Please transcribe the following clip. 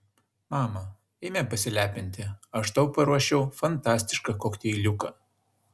mama eime pasilepinti aš tau paruošiau fantastišką kokteiliuką